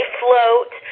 float